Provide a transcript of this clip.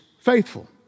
faithful